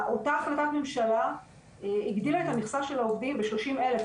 אותה החלטת ממשלה הגדילה את מכסת העובדים בשלושים אלף,